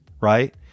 right